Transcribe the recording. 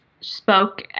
spoke